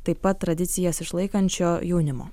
taip pat tradicijas išlaikančio jaunimo